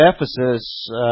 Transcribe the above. Ephesus